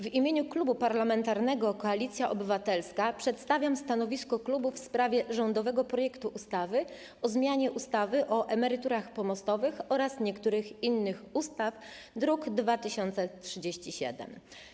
W imieniu Klubu Parlamentarnego Koalicja Obywatelska przedstawiam stanowisko klubu w sprawie rządowego projektu ustawy o zmianie ustawy o emeryturach pomostowych oraz niektórych innych ustaw, druk nr 2037.